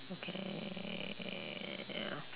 okay